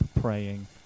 praying